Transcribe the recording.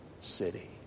city